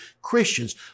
Christians